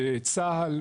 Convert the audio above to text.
בצה"ל,